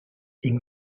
une